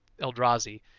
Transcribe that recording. Eldrazi